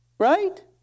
Right